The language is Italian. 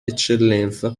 eccellenza